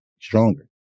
stronger